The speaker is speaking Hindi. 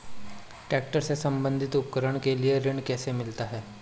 ट्रैक्टर से संबंधित उपकरण के लिए ऋण कैसे मिलता है?